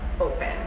open